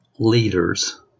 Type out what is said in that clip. Leaders